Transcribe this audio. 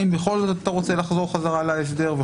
האם בכל זאת אתה רוצה לחזור חזרה להסדר?